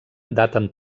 daten